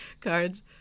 cards